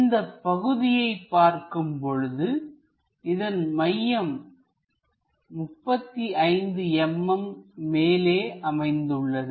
இந்தப் பகுதியைப்பார்க்கும் பொழுது இதன் மையம் 35 mm மேலே அமைந்துள்ளது